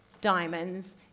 diamonds